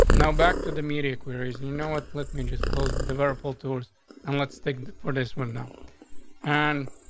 now back to the media queries. you know what? let me just close the verbal tours and let's take and for this one now and